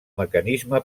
mecanisme